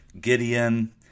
Gideon